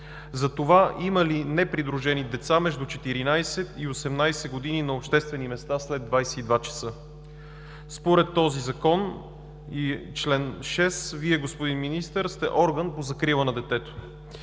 за това – има ли непридружени деца между 14 и 18 години на обществени места след 22,00 ч. Според този Закон и чл. 6, Вие, господин Министър, сте орган по закрила на детето.